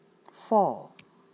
four